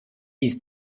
i’s